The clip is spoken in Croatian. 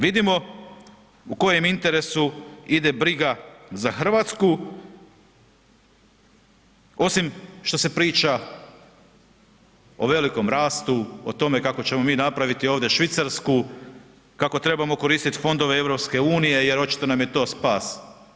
Vidimo u kojem interesu ide briga za Hrvatsku, osim što se priča o velikom rastu, o tome kako ćemo mi napraviti ovdje Švicarsku, kako trebamo koristiti fondove EU jer očito nam je to spas.